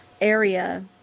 area